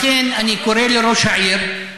לכן, אני קורא לראש העיר: